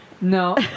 No